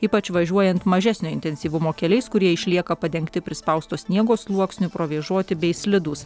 ypač važiuojant mažesnio intensyvumo keliais kurie išlieka padengti prispausto sniego sluoksniu provėžoti bei slidūs